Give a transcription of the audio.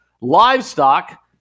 livestock